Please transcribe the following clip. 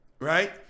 Right